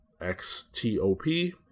X-T-O-P